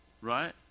Right